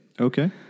Okay